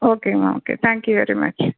ஓகேம்மா okay thank you very much